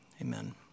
Amen